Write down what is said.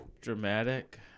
dramatic